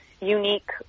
unique